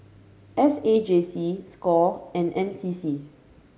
S A J C Score and N C C